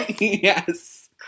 Yes